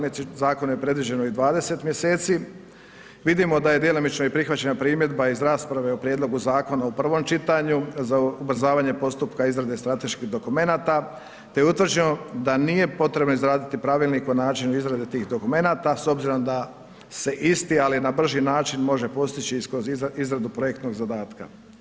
Za zakon je predviđeno i 20 mjeseci, vidimo da je djelomično i prihvaćena primjedba iz rasprave o prijedlogu zakona u prvom čitanju, za ubrzavanje postupka izrade strateških dokumenata te je utvrđeno da nije potrebno izraditi Pravilnik o načinu izrade tih dokumenata s obzirom da se isti, ali na brži način može postići i kroz izradu projektnog zadatka.